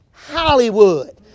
Hollywood